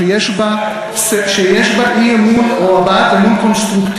שיש בה אי-אמון או הבעת אמון קונסטרוקטיבי,